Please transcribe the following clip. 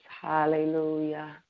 Hallelujah